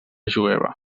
jueva